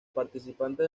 participantes